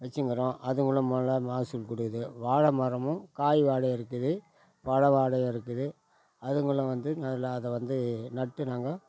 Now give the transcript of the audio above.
வச்சுங்குறோம் அதுங்களும் நல்லா மகசூல் கொடுக்குது வாழைமரமும் காய் வாடை இருக்குது பழ வாடையும் இருக்குது அதுங்களும் வந்து நல்லா அதை வந்து நட்டு நாங்கள்